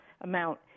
amount